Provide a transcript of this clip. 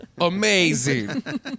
Amazing